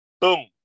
boom